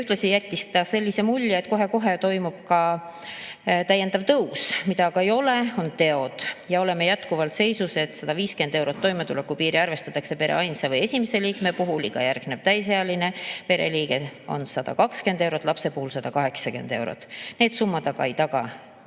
ühtlasi jättis ta mulje, et kohe-kohe toimub ka täiendav tõus. Mida aga ei ole, on teod. Oleme jätkuvalt seisus, et 150 eurot toimetulekutoetuse piiri arvestatakse pere ainsa või esimese liikme puhul, iga järgnev täisealine pereliige saab 120 eurot, laps 180 eurot. Need summad aga ei taga